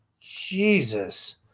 Jesus